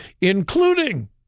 including